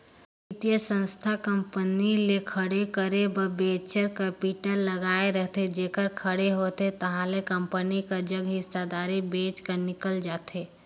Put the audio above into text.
बित्तीय संस्था कंपनी ल खड़े करे बर वेंचर कैपिटल लगाए रहिथे जइसे खड़े होथे ताहले कंपनी कर जग हिस्सादारी बेंच कर निकल जाथे